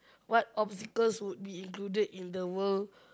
what obstacles would be included in the world